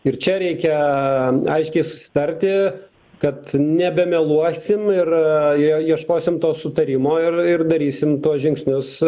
ir čia reikia aiškiai susitarti kad nebemeluosim ir jo ieškosim to sutarimo ir ir darysim tuos žingsnius